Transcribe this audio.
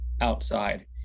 outside